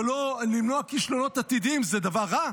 למנוע כישלונות עתידיים זה דבר רע?